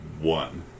one